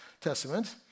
Testament